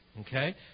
Okay